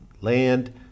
land